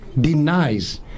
denies